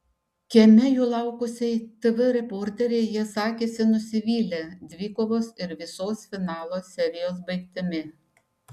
kieme jų laukusiai tv reporterei jie sakėsi nusivylę dvikovos ir visos finalo serijos baigtimi